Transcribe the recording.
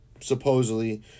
supposedly